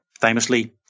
famously